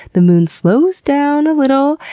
the moon slows down a little,